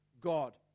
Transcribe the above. God